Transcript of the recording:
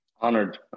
honored